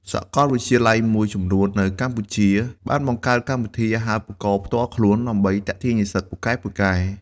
សាកលវិទ្យាល័យមួយចំនួននៅកម្ពុជាបានបង្កើតកម្មវិធីអាហារូបករណ៍ផ្ទាល់ខ្លួន ដើម្បីទាក់ទាញនិស្សិតពូកែៗ។